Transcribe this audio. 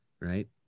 right